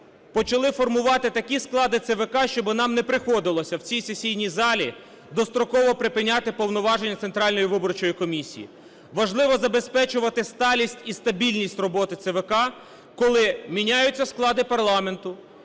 почали формувати такі склади ЦВК, щоб нам не приходилося в цій сесійній залі достроково припиняти повноваження Центральної виборчої комісії. Важливо забезпечувати сталість і стабільність роботи ЦВК, коли міняються склади парламенту,